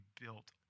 built